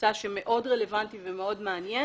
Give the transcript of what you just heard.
ונמצא שמאוד רלוונטי ומאוד מעניין,